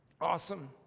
Awesome